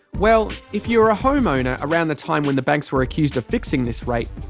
well, if you were a home-owner around the time when the banks were accused of fixing this rate,